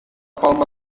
palma